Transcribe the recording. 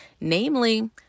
namely